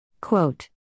Quote